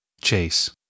Chase